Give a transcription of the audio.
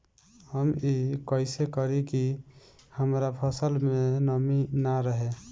हम ई कइसे करी की हमार फसल में नमी ना रहे?